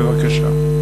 בבקשה.